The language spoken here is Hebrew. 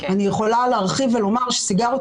אני יכולה להרחיב ולומר שסיגריות